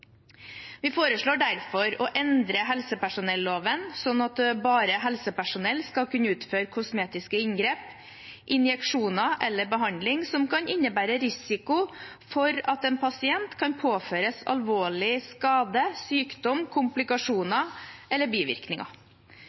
Vi foreslår derfor å endre helsepersonelloven slik at bare helsepersonell skal kunne utføre kosmetiske inngrep, injeksjoner eller behandling som kan innebære risiko for at en pasient kan påføres alvorlig skade, sykdom, komplikasjoner eller bivirkninger.